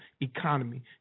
economy